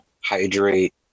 hydrate